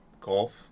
golf